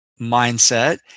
mindset